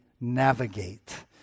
navigate